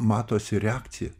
matosi reakcija